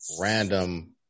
random